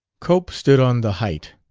cope stood on the height,